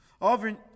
Often